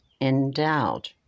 endowed